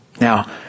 Now